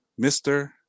Mr